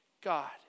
God